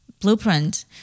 blueprint